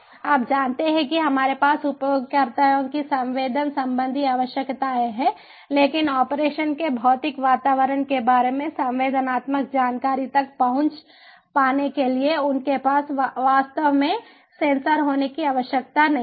आप जानते हैं कि हमारे पास उपयोगकर्ताओं की संवेदन संबंधी आवश्यकताएं हैं लेकिन ऑपरेशन के भौतिक वातावरण के बारे में संवेदनात्मक जानकारी तक पहुँच पाने के लिए उनके पास वास्तव में सेंसर होने की आवश्यकता नहीं है